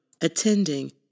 attending